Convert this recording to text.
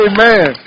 Amen